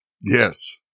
Yes